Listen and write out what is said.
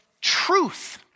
truth